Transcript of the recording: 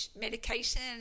medication